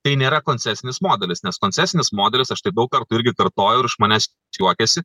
tai nėra koncesinis modelis nes koncesinis modelis aš tai daug kartų irgi kartoju ir iš manęs juokiasi